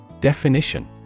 Definition